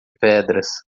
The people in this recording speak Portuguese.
pedras